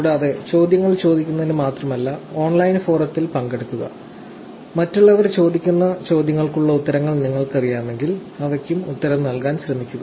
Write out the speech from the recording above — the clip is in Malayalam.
കൂടാതെ ചോദ്യങ്ങൾ ചോദിക്കുന്നതിന് മാത്രമല്ല ഓൺലൈൻ ഫോറത്തിൽ പങ്കെടുക്കുക മറ്റുള്ളവർ ചോദിക്കുന്ന ചോദ്യങ്ങൾക്കുള്ള ഉത്തരങ്ങൾ നിങ്ങൾക്കറിയാമെങ്കിൽ അവയ്ക്കും ഉത്തരം നൽകാൻ ശ്രമിക്കുക